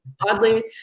oddly